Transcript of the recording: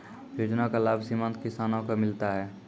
योजना का लाभ सीमांत किसानों को मिलता हैं?